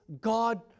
God